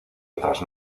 otras